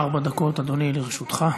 ארבע דקות, אדוני, לרשותך.